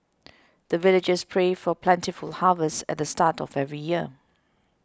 the villagers pray for plentiful harvest at the start of every year